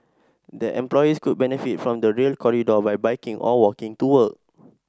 their employees could benefit from the Rail Corridor by biking or walking to work